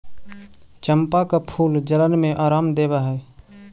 चंपा का फूल जलन में आराम देवअ हई